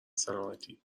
سالمتی